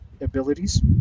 abilities